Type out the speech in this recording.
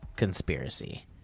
conspiracy